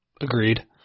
Agreed